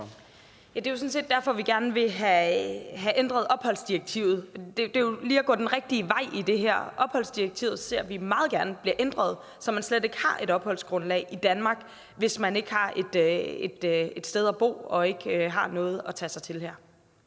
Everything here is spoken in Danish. set derfor, at vi gerne vil have ændret opholdsdirektivet. Det er jo lige at gå den rigtige vej i det her. Opholdsdirektivet ser vi meget gerne bliver ændret, så man slet ikke har et opholdsgrundlag i Danmark, hvis man ikke har et sted at bo og ikke har noget at tage sig til her.